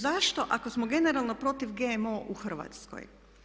Zašto ako smo generalno protiv GMO u Hrvatskoj?